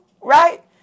Right